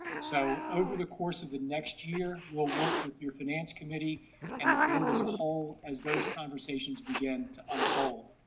so over the course of the next year, we'll work with your finance committee and the board as a whole, as those conversations begin to unfold.